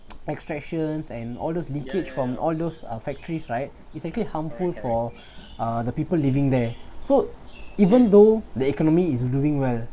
extractions and orders leakage from all those uh factories right it's actually harmful for uh the people living there so even though the economy is doing well